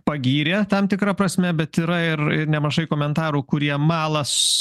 pagyrė tam tikra prasme bet yra ir ir nemažai komentarų kurie malas